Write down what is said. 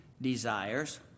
desires